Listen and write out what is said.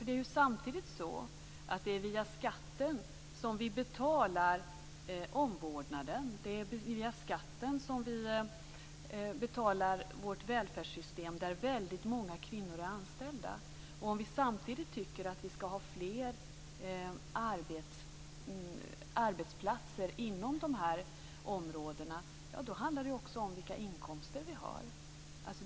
Det är ju samtidigt så att det är via skatten som vi betalar omvårdnaden. Det är via skatten som vi betalar vårt välfärdssystem där väldigt många kvinnor är anställda. Om vi samtidigt tycker att vi skall ha fler arbetsplatser inom de här områdena handlar det också om vilka inkomster vi har.